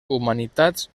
humanitats